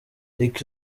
lick